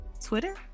Twitter